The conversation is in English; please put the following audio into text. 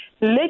Let